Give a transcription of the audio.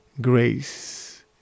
grace